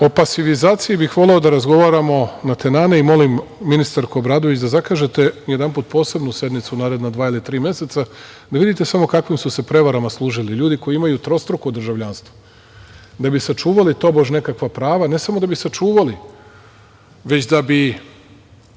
pasivizaciji, bih voleo da razgovaramo natenane i molio bih ministarku Obradović da zakažete, jedan put posebnu sednicu u naredna dva ili tri meseca, da vidite samo, kakvim su se prevarama služili ljudi koji imaju trostruko državljanstvo, da bi sačuvali, tobože, nekakva prava, ne samo da bi sačuvali, već da bi